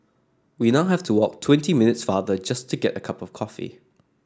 we now have to walk twenty minutes farther just to get a cup of coffee